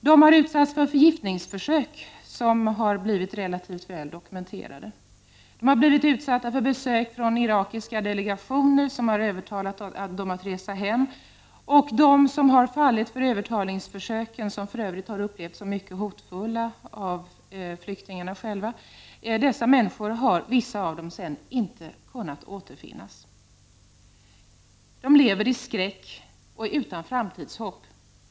De har utsatts för förgiftningsförsök som har blivit relativt väl dokumenterade, för besök från irakiska delegationer som har försökt övertala dem att resa hem. Vissa av dem som har fallit för övertalningsförsöken, som för övrigt har upplevts som mycket hotfulla av flyktingarna själva, har sedan inte kunnat återfinnas. De lever i skräck och utan framtidshopp.